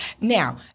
Now